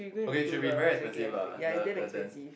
okay should be very expensive lah the the tent